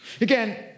Again